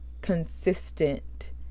consistent